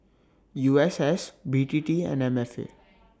U S S B T T and M F A